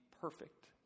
perfect